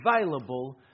available